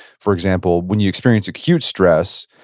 for example, when you experience acute stress,